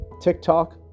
TikTok